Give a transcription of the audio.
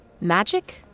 magic